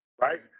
right